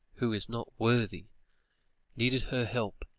who is not worthy needed her help